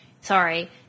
sorry